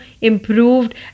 improved